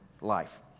life